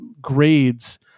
grades